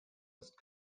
ist